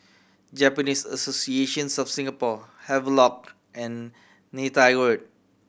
Japanese Association of Singapore Havelock and Neythai Road